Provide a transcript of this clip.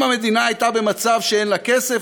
אם המדינה הייתה במצב שאין לה כסף,